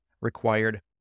required